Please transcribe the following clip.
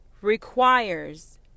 requires